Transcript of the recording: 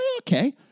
okay